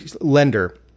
lender